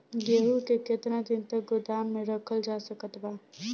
गेहूँ के केतना दिन तक गोदाम मे रखल जा सकत बा?